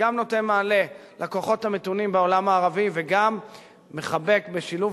שגם נותן מענה לכוחות המתונים בעולם הערבי וגם מחבק בשילוב